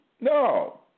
no